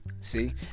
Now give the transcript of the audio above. see